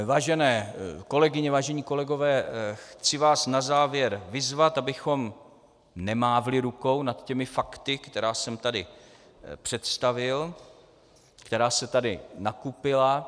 Vážené kolegyně, vážení kolegové, chci vás na závěr vyzvat, abychom nemávli rukou nad těmi fakty, které jsem tady představil, které se tady nakupily.